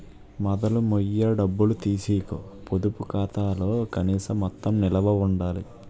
మొదలు మొయ్య డబ్బులు తీసీకు పొదుపు ఖాతాలో కనీస మొత్తం నిలవ ఉండాల